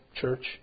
church